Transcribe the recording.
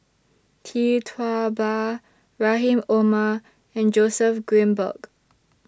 Tee Tua Ba Rahim Omar and Joseph Grimberg